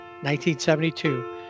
1972